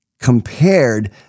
compared